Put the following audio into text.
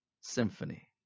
symphony